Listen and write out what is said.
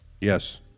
Yes